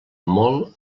molt